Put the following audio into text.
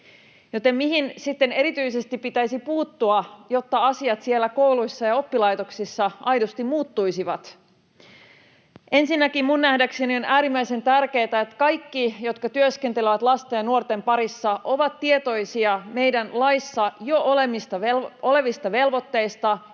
Joten mihin sitten erityisesti pitäisi puuttua, jotta asiat siellä kouluissa ja oppilaitoksissa aidosti muuttuisivat? Ensinnäkin minun nähdäkseni on äärimmäisen tärkeätä, että kaikki, jotka työskentelevät lasten ja nuorten parissa, ovat tietoisia meidän laissa jo olevista velvoitteista